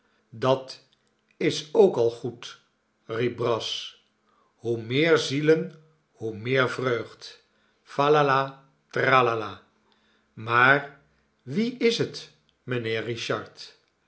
dat is ook al goed riep brass hoe meer zielen hoe meer vreugd fal la la tra la lal maar wie is het mijnheer richard